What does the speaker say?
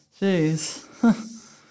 Jeez